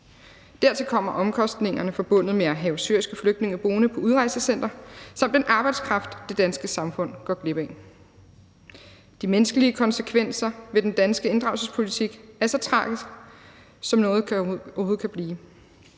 Dertil kommer omkostningerne forbundet med at have syriske flygtninge boende på et udrejsecenter samt den arbejdskraft, det danske samfund går glip af. De menneskelige konsekvenser ved den danske inddragelsespolitik er så tragiske, som noget overhovedet kan blive.